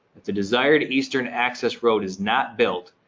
if the desired eastern access road is not built,